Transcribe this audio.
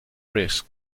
risk